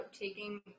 taking